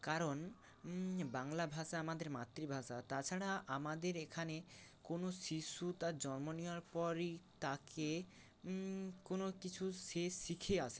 কারণ বাংলা ভাষা আমাদের মাতৃভাষা তাছাড়া আমাদের এখানে কোনও শিশু তার জন্ম নেওয়ার পরই তাকে কোনও কিছু সে শিখে আসে না